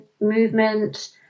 movement